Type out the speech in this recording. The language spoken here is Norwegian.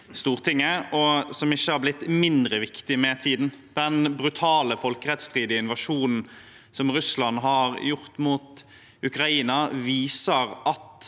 tinget, og som ikke har blitt mindre viktig med tiden. Den brutale og folkerettsstridige invasjonen som Russland har gjort av Ukraina, viser at